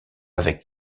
avec